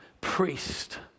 priest